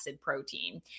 protein